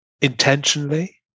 intentionally